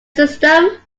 system